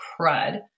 crud